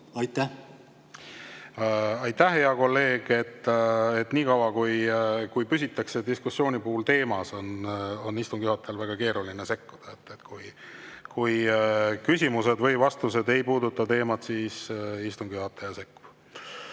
Palun! Aitäh, hea kolleeg! Niikaua, kui püsitakse diskussiooni teemas, on istungi juhatajal väga keeruline sekkuda. Kui küsimused või vastused ei puuduta teemat, siis istungi juhataja sekkub.